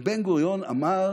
ובן-גוריון אמר: